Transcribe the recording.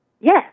Yes